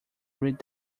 read